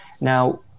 Now